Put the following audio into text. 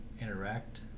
interact